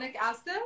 acid